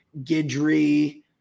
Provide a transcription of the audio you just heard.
Gidry